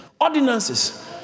ordinances